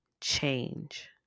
change